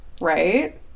Right